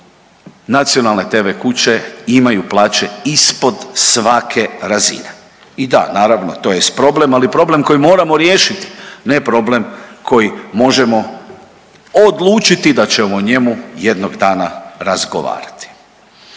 nacionalne TV kuće imaju plaće ispod svake razine. I da naravno to jest problem, ali problem koji moramo riješit, ne problem koji možemo odlučiti da ćemo o njemu jednog dana razgovarati.